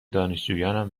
دانشجویانم